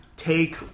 Take